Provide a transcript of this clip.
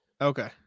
okay